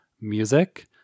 music